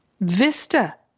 vista